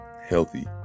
healthy